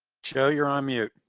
joe you're on mute.